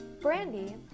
brandy